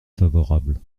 favorable